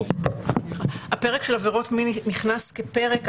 שהפרק של עבירות מין נכנס כפרק,